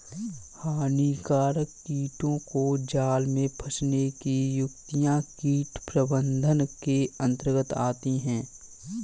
हानिकारक कीटों को जाल में फंसने की युक्तियां कीट प्रबंधन के अंतर्गत आती है